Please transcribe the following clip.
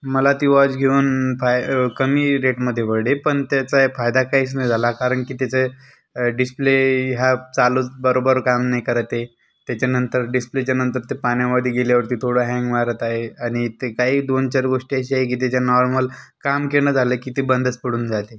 मला ती वॉच घेऊन काय कमी रेटमधे पडले पण त्याचा फायदा काहीच नाही झाला कारण की त्याचे डिस्प्ले हा चालूच बरोबर काम नाही करते त्याच्यानंतर डिस्प्लेच्या नंतर त पाण्यामध्ये गेल्यावरती थोडा हँग मारत आहे आणि ते काही दोन चार गोष्टी अशा आहे की त्या नॉर्मल कामकेनं झालं की ते बंदस पडून जाते